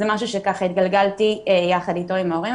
זה משהו שהתגלגלתי יחד איתו עם ההורים.